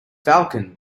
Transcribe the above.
falcon